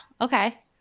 Okay